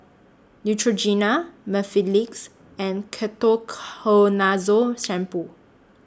Neutrogena Mepilex and Ketoconazole Shampoo